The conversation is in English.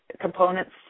components